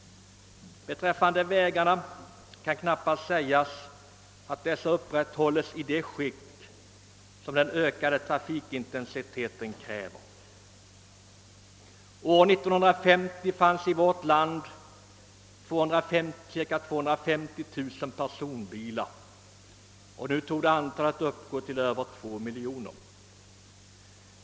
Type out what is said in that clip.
Beträffande vägarna kan knappast sägas att de hålles i det skick som den ökade trafikintensiteten kräver. År 1950 fanns i vårt land cirka 250 000 personbilar, nu torde antalet uppgå till över 2 miljoner.